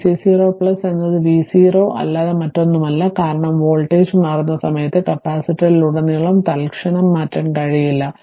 അതിനാൽ vc 0 എന്നത് vc 0 അല്ലാതെ മറ്റൊന്നുമല്ല കാരണം വോൾട്ടേജ് മാറുന്ന സമയത്ത് കപ്പാസിറ്ററിലുടനീളം തൽക്ഷണം മാറ്റാൻ കഴിയില്ല